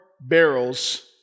barrels